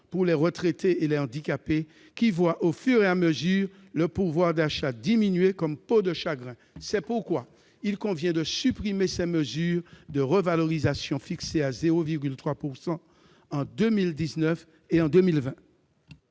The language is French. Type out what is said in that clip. pour les retraités et les handicapés, qui voient au fur et à mesure leur pouvoir d'achat diminuer comme peau de chagrin. C'est pourquoi il convient de supprimer cette mesure de revalorisation de l'AAH, fixée à 0,3 % en 2019 et en 2020.